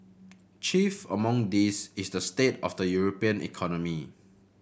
chief among these is the state of the European economy